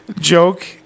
Joke